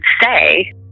say